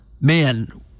man